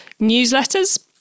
newsletters